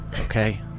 okay